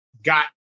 got